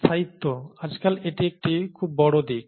স্থায়িত্ব আজকাল এটি একটি খুব বড় দিক